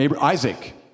Isaac